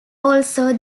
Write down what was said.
also